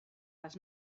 les